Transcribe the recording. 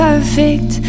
Perfect